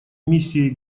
миссией